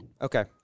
Okay